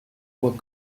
vois